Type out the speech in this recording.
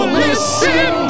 listen